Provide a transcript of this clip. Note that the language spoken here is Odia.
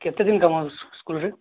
କେତେ ଦିନ କାମ ସ୍କୁଲରେ